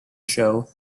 show